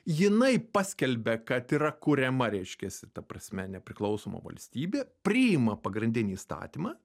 jinai paskelbia kad yra kuriama reiškiasi ta prasme nepriklausoma valstybė priima pagrindinį įstatymą